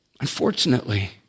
Unfortunately